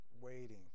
waiting